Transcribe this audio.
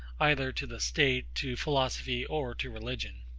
either to the state, to philosophy, or to religion.